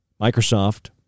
Microsoft